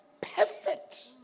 perfect